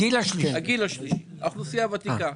האוכלוסייה הוותיקה.